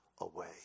away